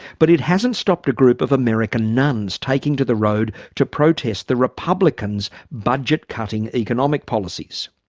but it hasn't stopped a group of american nuns taking to the road to protest the republicans' budget-cutting economic policies.